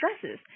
dresses